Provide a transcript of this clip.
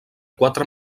quatre